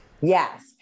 Yes